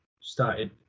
started